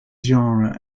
genre